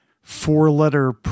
four-letter